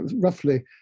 roughly